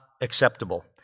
acceptable